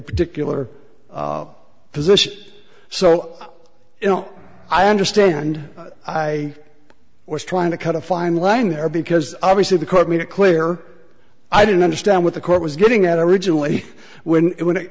particular position so i understand i was trying to cut a fine line there because obviously the court made it clear i didn't understand what the court was getting at originally when it when it